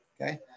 Okay